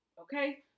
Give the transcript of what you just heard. Okay